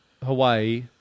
hawaii